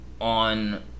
on